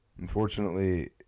Unfortunately